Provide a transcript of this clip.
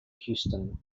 houston